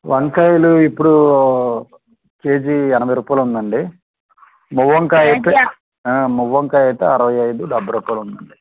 వంకాయలు ఇప్పుడు కేజీ ఎనభై రూపాలు ఉందండి మువ్వంకాయ అయితే మువ్వంకాయ అయితే అరవై ఐదు డెబ్భై రూపాలు ఉందండి